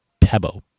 PEBO